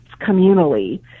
communally